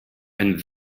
and